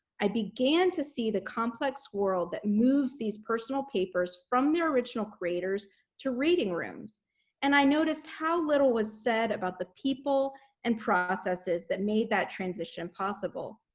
i began to see the complex world that moves these personal papers from their original creators to reading rooms and i noticed how little was said about the people and processes that made that transition possible.